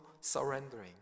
surrendering